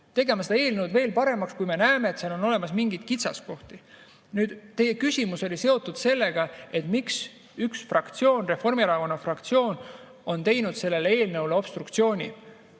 tegema seda eelnõu veel paremaks, kui me näeme, et seal on mingeid kitsaskohti. Nüüd, teie küsimus oli seotud sellega, miks üks fraktsioon, Reformierakonna fraktsioon on teinud selle eelnõu [menetlemisel] obstruktsiooni?